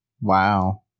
Wow